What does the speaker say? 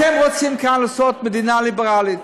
אתם רוצים כאן לעשות מדינה ליברלית,